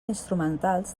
instrumentals